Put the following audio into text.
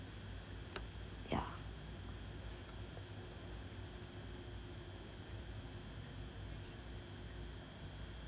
yeah